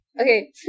Okay